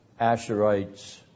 Asherites